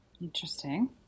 Interesting